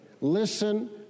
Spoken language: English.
Listen